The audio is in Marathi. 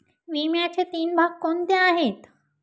विम्याचे तीन भाग कोणते आहेत?